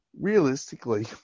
realistically